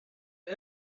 się